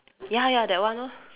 ya ya that one lor